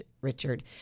Richard